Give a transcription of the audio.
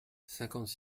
cinquante